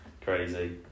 crazy